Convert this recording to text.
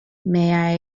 may